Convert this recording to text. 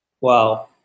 Wow